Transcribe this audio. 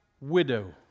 widow